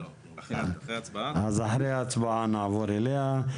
אחרי ההצבעה נעבור אליה.